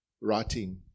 writing